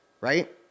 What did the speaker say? right